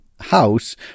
house